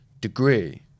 degree